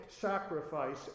sacrifice